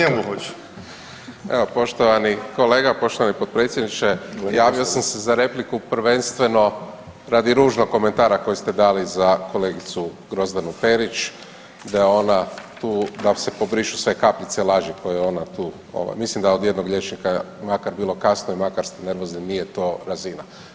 Evo poštovani kolega, poštovani potpredsjedniče, javio sam se za repliku prvenstveno radi ružnog komentara koji ste dali za kolegicu Grozdanu Perić da je ona tu, da se pobrišu sve kapljice laži koje je ona tu, mislim da je od jednog liječnika, makar bilo kasno i makar ste nervozni, nije to razina.